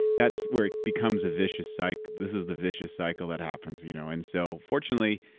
that's where it becomes a vicious cycle. this is the vicious cycle that happens you know and so, fortunately,